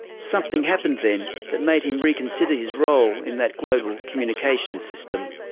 something happened then that made him reconsider his role in that global communications system.